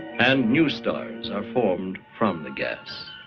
and new stars are formed from the gas.